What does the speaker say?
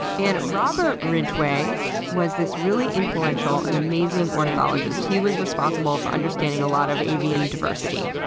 and robert ridgway was this really influential and amazing ornithologist, he was responsible for understanding a lot of avian diversity.